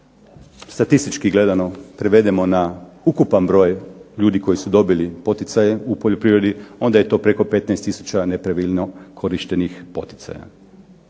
statistički gledano prevedemo na ukupan broj ljudi koji su dobili poticaje u poljoprivredi onda je to preko 15000 nepravilno korištenih poticaja.